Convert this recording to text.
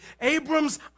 Abram's